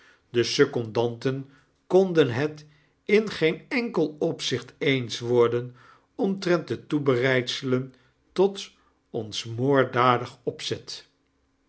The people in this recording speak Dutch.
de secondanten konden het in geen enkel opzicht eens worden omtrent de toebereidselen tot ons moorddadig opzet